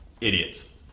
Idiots